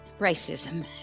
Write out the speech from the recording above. racism